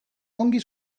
ongi